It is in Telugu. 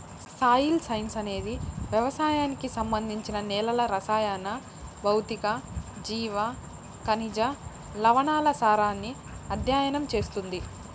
సాయిల్ సైన్స్ అనేది వ్యవసాయానికి సంబంధించి నేలల రసాయన, భౌతిక, జీవ, ఖనిజ, లవణాల సారాన్ని అధ్యయనం చేస్తుంది